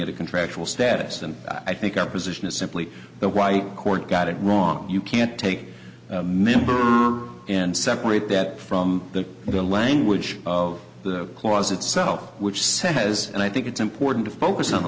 it a contractual status and i think up position is simply the right court got it wrong you can't take members and separate that from the the language of the clause itself which says and i think it's important to focus on the